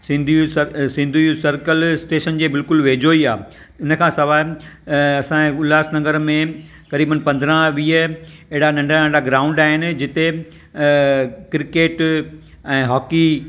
Sindhi youth स Sindhu youth circle station जे बिल्कुलु वेझो ई आहे हिन खां सवाइ असांजे उल्हासनगर में करीबन पंद्रहां वीह अहिड़ा नंढा नंढा ग्राउंड आहिनि जिते क्रिकेट ऐं हॉकी